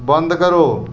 बंद करो